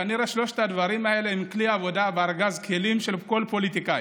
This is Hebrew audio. כנראה שלושת הדברים האלה הם כלי עבודה בארגז הכלים של כל פוליטיקאי.